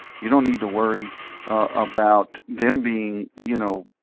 you don't need to worry about them being you know